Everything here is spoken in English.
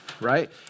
right